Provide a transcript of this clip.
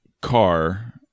car